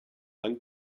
lang